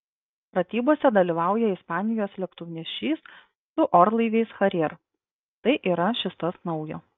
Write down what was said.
pratybose dalyvauja ispanijos lėktuvnešis su orlaiviais harrier tai yra šis tas naujo